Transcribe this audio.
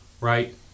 right